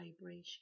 vibration